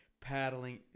paddling